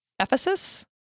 Ephesus